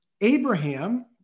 Abraham